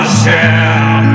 share